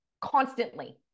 constantly